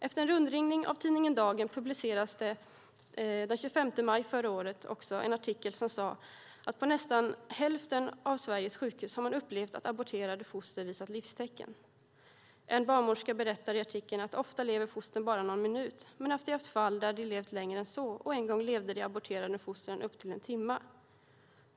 Efter en rundringning av tidningen Dagen publicerades den 25 maj förra året en artikel som sade att man på nästan hälften av Sveriges sjukhus upplevt att aborterade foster visat livstecken. En barnmorska berättar i artikeln att fostren ofta lever bara någon minut, men att de haft fall där de levt längre än så, och att det aborterade fostret en gång levde upp till en timme.